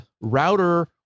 router